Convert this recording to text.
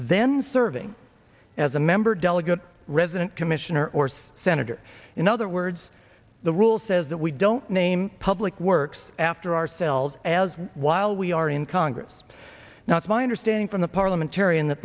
then serving as a member delegate resident commissioner orse sen in other words the rule says that we don't name public works after ourselves as while we are in congress now it's my understanding from the parliamentarian th